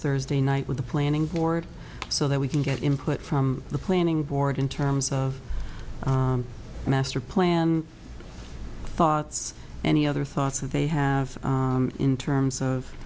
thursday night with the planning board so that we can get input from the planning board in terms of a master plan thoughts any other thoughts that they have in terms of